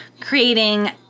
creating